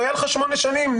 היו לך 8 שנים,